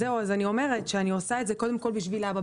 אז אני אומרת שאני עושה את זה קודם כל בשביל אבא,